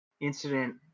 incident